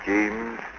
James